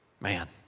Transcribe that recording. Man